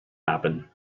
happen